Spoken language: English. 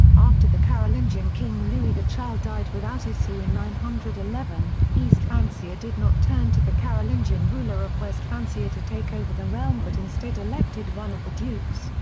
after the carolingian king louis the child died without issue in nine hundred and eleven, east francia did not turn to the carolingian ruler of west francia to take over the realm but instead elected one of the dukes,